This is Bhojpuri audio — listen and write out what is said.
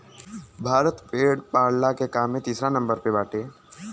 भारत भेड़ पालला के काम में तीसरा नंबर पे बाटे